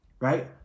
right